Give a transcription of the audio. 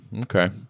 Okay